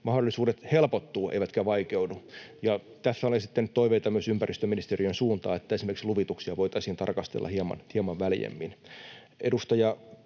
mahdollisuudet helpottuvat eivätkä vaikeudu, ja tässä olen esittänyt toiveita myös ympäristöministeriön suuntaan, että esimerkiksi luvituksia voitaisiin tarkastella hieman väljemmin.